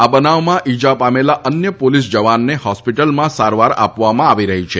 આ બનાવમાં ઈજા પામેલા અન્ય પોલીસ જવાનને હોસ્પિટલમાં સારવાર આપવામાં આવી રહી છે